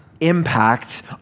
impact